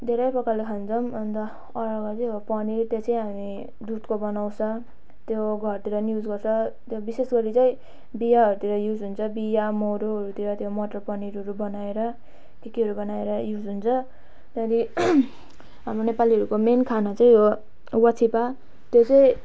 धेरै प्रकारले खान्छौँ अनि त अरूहरूमा चाहिँ हो पनिर त्यो चाहिँ हामीले दुधको बनाउँछौँ त्यो घरतिर नि युज गर्छ त्यो विशेष गरी चाहिँ बिहाहरूतिर युज हुन्छ बिहा मरौहरूतिर त्यो मटर पनिरहरू बनाएर के केहरू बनाएर युज हुन्छ त्यहाँदेखि हाम्रो नेपालीहरूको मेन खाना चाहिँ हो वाचिपा त्यो चाहिँ